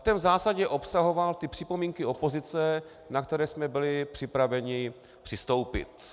Ten v zásadě obsahoval ty připomínky opozice, na které jsme byli připraveni přistoupit.